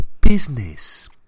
business